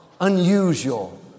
unusual